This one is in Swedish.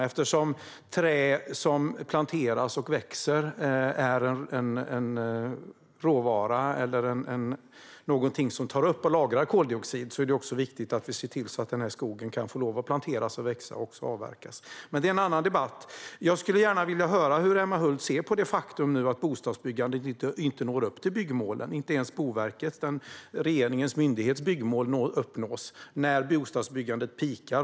Eftersom trä är en råvara som tar upp och lagrar koldioxid är det viktigt att se till att skogen kan planteras, växa och avverkas. Men det är en annan debatt. Jag skulle gärna vilja höra hur Emma Hult ser på det faktum att bostadsbyggandet inte når upp till byggmålen. Inte ens regeringens myndighet Boverkets byggmål uppnås när bostadsbyggandet peakar.